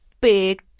big